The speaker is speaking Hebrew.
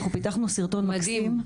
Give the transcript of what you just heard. אנחנו פיתחנו סרטון מקסים.